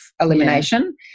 elimination